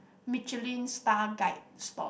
Michelin Star guide store